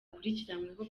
akurikiranyweho